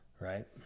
Right